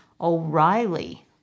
O'Reilly